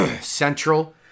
Central